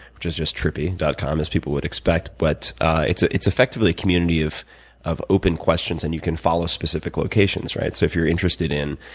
which is just trippy dot com, as people would expect. but it's it's effectively a community of of open questions, and you can follow specific locations, right, so if you're interested in,